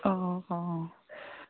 অ' অ'